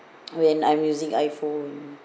when I'm using iphone